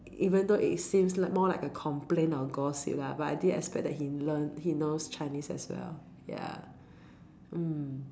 even though it seems more like a complaint or gossip lah but I didn't expect that he learn he knows Chinese as well ya mm